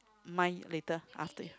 mine later after